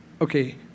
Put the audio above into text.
Okay